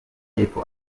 y’epfo